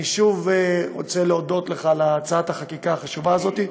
אני שוב רוצה להודות לך על הצעת החקיקה החשובה הזאת,